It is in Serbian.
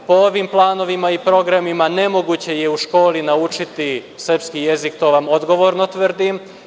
Po ovim planovima i programima nemoguće je u školi naučiti srpski jezik, to vam odgovorno tvrdim.